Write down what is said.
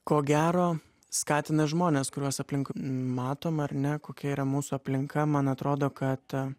ko gero skatina žmonės kuriuos aplink matom ar ne kokia yra mūsų aplinka man atrodo kad